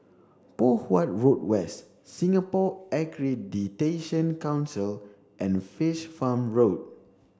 Poh Huat Road West Singapore Accreditation Council and Fish Farm Road